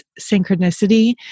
synchronicity